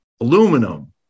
aluminum